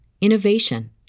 innovation